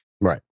Right